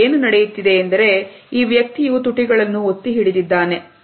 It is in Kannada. ಇಲ್ಲಿ ಏನು ನಡೆಯುತ್ತಿದೆ ಎಂದರೆ ಈ ವ್ಯಕ್ತಿಯು ತುಟಿಗಳನ್ನು ಒತ್ತಿ ಹಿಡಿದಿದ್ದಾನೆ